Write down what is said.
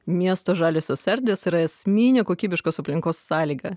miesto žaliosios erdvės yra esminė kokybiškos aplinkos sąlyga